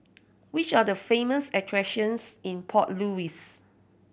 which are the famous attractions in Port Louis